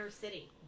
city